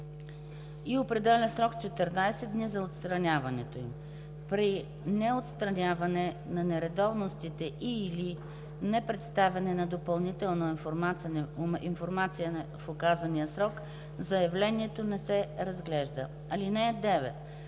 и определя срок 14 дни за отстраняването им. При неотстраняване на нередовностите и/или непредоставяне на допълнителна информация в указания срок заявлението не се разглежда. (9)